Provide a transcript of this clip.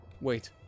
Wait